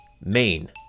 Maine